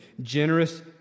generous